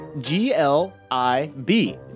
G-L-I-B